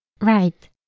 Right